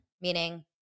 meaning